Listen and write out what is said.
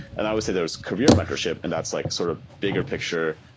and i would say there's career mentorship and that's like sort of bigger picture,